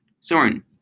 Soren